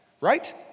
right